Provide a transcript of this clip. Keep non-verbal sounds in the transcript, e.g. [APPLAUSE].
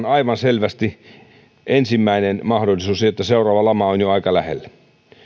[UNINTELLIGIBLE] aivan selvästi ensimmäinen mahdollisuus että seuraava lama on jo aika lähellä